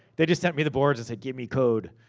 they just sent me the boards and said, give me code.